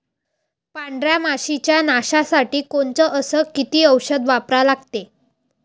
पांढऱ्या माशी च्या नाशा साठी कोनचं अस किती औषध वापरा लागते?